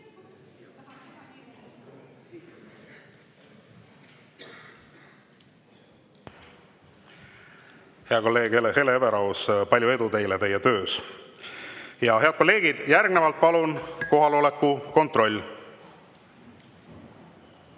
Hea kolleeg Hele Everaus, palju edu teile teie töös! Head kolleegid, järgnevalt palun kohaloleku kontroll.